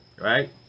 Right